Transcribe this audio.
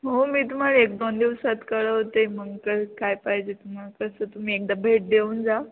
हो मी तुम्हाला एक दोन दिवसात कळवते मग क काय पाहिजे तुम्हाला कसं तुम्ही एकदा भेट देऊन जा